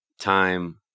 time